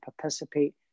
participate